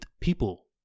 people